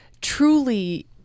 truly